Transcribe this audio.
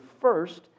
first